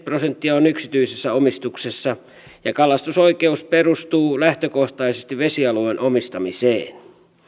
prosenttia on yksityisessä omistuksessa ja kalastusoikeus perustuu lähtökohtaisesti vesialueen omistamiseen